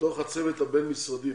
הצוות הבין-משרדי,